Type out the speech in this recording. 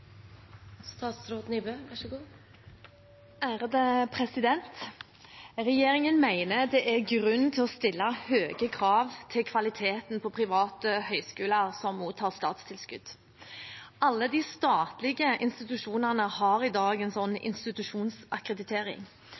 grunn til å stille høye krav til kvaliteten på private høyskoler som mottar statstilskudd. Alle de statlige institusjonene har i dag en slik institusjonsakkreditering,